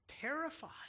terrified